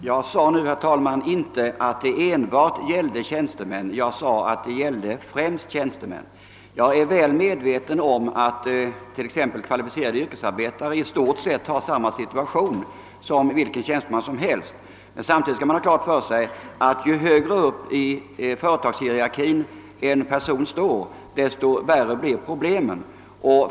Herr talman! Jag sade inte att det enbart gäller tjänstemännen; jag sade att det främst gäller tjänstemännen. Jag är väl medveten om att t.ex. kvalificerade yrkesarbetare i stort sett befinner sig i samma situation som vilken tjänsteman som helst. Samtidigt skall man emellertid ha klart för sig, att ju högre upp i företagshierarkin en person befinner sig, desto större blir problemet.